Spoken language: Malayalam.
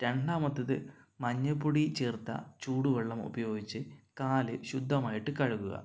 രണ്ടാമത്തേത് മഞ്ഞപ്പൊടി ചേർത്ത ചൂടുവെള്ളം ഉപയോഗിച്ച് കാല് ശുദ്ധമായിട്ട് കഴുകുക